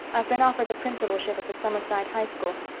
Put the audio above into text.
i've been offered the principalship of the summerside high school.